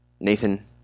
Nathan